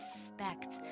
respect